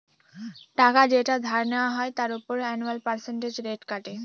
টাকা যেটা ধার নেওয়া হয় তার উপর অ্যানুয়াল পার্সেন্টেজ রেট কাটে